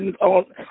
on